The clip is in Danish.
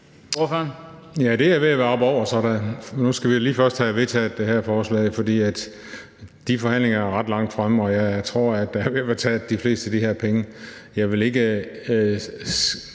Ja, det er ved at være op over så. Nu skal vi lige først have vedtaget det her forslag, for de forhandlinger er ret langt fremme, og jeg tror, de fleste af de her penge er ved